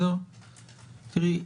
תראי,